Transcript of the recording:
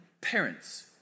parents